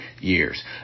years